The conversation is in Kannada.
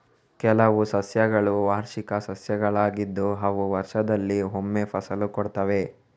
ಕೆಲವು ಸಸ್ಯಗಳು ವಾರ್ಷಿಕ ಸಸ್ಯಗಳಾಗಿದ್ದು ಅವು ವರ್ಷದಲ್ಲಿ ಒಮ್ಮೆ ಫಸಲು ಕೊಡ್ತವೆ